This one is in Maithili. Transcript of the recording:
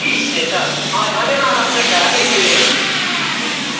ठीक छै तऽ हँ धन्यवाद अपनेके एहिके लेल